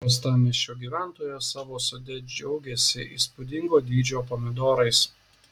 uostamiesčio gyventojas savo sode džiaugiasi įspūdingo dydžio pomidorais